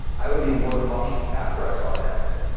i would be more cautious after i saw an accident.